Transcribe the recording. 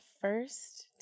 First